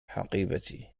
حقيبتي